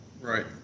Right